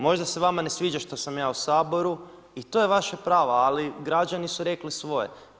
Možda se vama ne sviđa što sam ja u Saboru i to je vaše pravo, ali građani su rekli svoje.